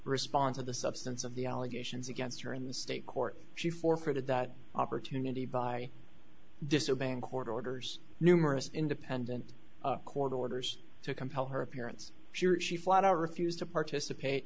response of the substance of the allegations against her in the state court she forfeited that opportunity by disobeying court orders numerous independent court orders to compel her appearance sure she flat out refused to participate